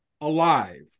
alive